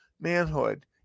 manhood